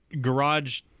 garage